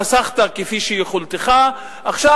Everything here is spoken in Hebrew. חסכת כפי יכולתך ועכשיו,